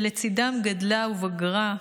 שלצידם גדלה ובגרה.